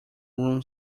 room